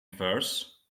verse